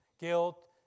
guilt